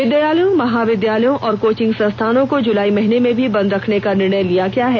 विद्यालयों महाविद्यालयों और कोचिंग संस्थानों को जुलाई महीने में भी बंद रखने का निर्णय लिया गया है